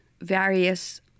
various